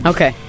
Okay